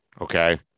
Okay